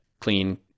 clean